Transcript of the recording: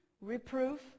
reproof